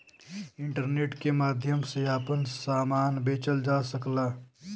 internet के माध्यम से आपन सामान बेचल जा सकला